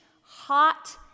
hot